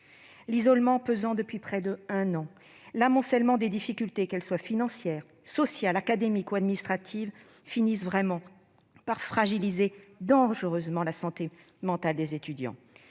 L'isolement pesant depuis près d'un an et l'amoncellement des difficultés, qu'elles soient financières, sociales, académiques ou administratives, finissent vraiment par fragiliser dangereusement la santé mentale des étudiants.